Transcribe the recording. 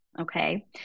Okay